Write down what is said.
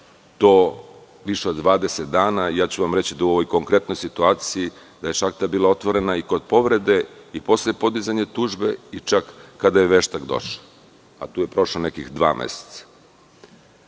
to više od 20 dana. Reći ću vam da je u ovoj konkretnoj situaciji šahta bila otvorena i kod povrede, i posle podizanja tužbe i čak kada je veštak došao, a tu je prošlo nekih dva meseca. Eto,